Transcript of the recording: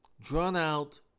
drawn-out